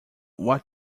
what